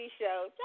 show